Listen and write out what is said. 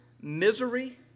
misery